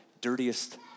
dirtiest